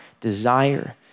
desire